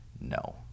no